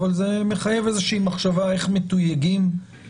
אבל זה מחייב איזו שהיא מחשבה על איך מתויגים הנתונים,